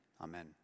amen